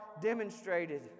demonstrated